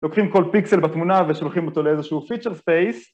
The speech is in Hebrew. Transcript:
לוקחים כל פיקסל בתמונה ושולחים אותו לאיזשהו Feature face